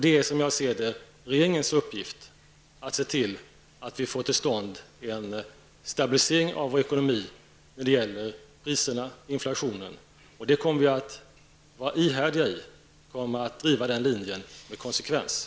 Det är, som jag ser det, regeringens uppgift att få till stånd en stabilisering av vår ekonomi när det gäller priserna och inflationen. Den linjen kommer vi att driva med ihärdighet och konsekvens.